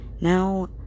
Now